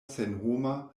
senhoma